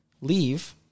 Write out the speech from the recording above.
leave